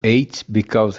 because